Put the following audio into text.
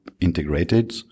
integrated